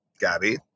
Gabby